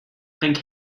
thank